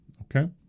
okay